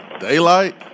daylight